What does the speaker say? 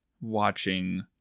watching